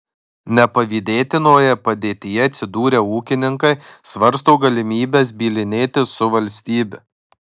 nepavydėtinoje padėtyje atsidūrę ūkininkai svarsto galimybes bylinėtis su valstybe